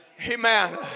Amen